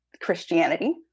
Christianity